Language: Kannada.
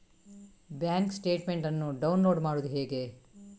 ಬ್ಯಾಂಕ್ ಸ್ಟೇಟ್ಮೆಂಟ್ ಅನ್ನು ಡೌನ್ಲೋಡ್ ಮಾಡುವುದು ಹೇಗೆ?